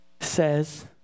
says